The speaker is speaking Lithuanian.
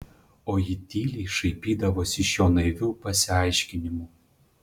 o ji tyliai šaipydavosi iš jo naivių pasiaiškinimų